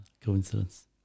coincidence